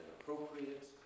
appropriate